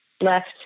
left